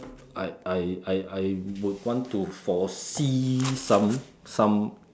I I I I would want to foresee some some